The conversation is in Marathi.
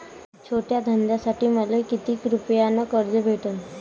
छोट्या धंद्यासाठी मले कितीक रुपयानं कर्ज भेटन?